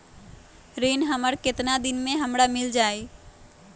ऋण हमर केतना दिन मे हमरा मील जाई?